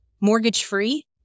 mortgage-free